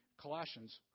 Colossians